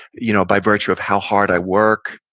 you know by virtue of how hard i work,